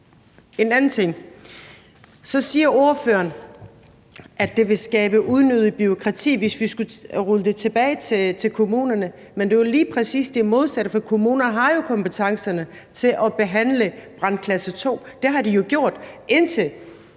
En anden ting: Ordføreren siger, at det vil skabe unødigt bureaukrati, hvis vi skulle rulle det tilbage til kommunerne, men det er lige præcis det modsatte, for kommunerne har jo kompetencerne til at behandle byggeri i brandklasse 2. Det har de jo gjort, indtil